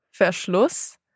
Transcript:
Verschluss